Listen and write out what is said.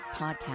Podcast